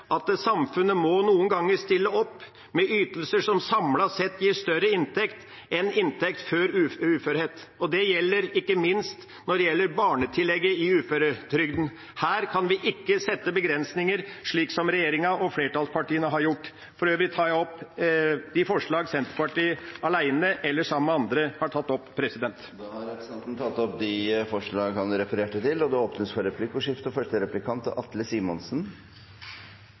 at samfunnet må noen ganger stille opp med ytelser som samlet sett gir større inntekt enn inntekt før uførhet. Det gjelder ikke minst for barnetillegget i uføretrygden. Her kan vi ikke sette begrensninger, slik som regjeringa og flertallspartiene har gjort. For øvrig tar jeg opp de forslag som Senterpartiet har alene eller sammen med andre. Representanten Lundteigen har tatt opp de forslagene han refererte til. Det blir replikkordskifte. Jeg skal se vekk fra at den selvutnevnte kapitalisten Lundteigen presterte å omtale liberalisme og